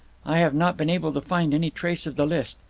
i have not been able to find any trace of the list.